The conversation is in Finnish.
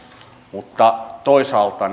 mutta toisaalta